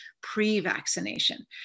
pre-vaccination